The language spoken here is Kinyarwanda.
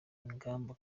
ingamba